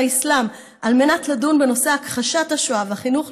האסלאם על מנת לדון בנושא הכחשת השואה והחינוך